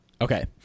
Okay